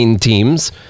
teams